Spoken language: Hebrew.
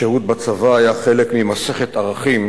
השירות בצבא היה חלק ממסכת ערכים